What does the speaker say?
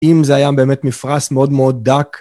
אם זה היה באמת מפרש מאוד מאוד דק.